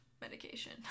medication